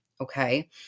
okay